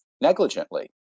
negligently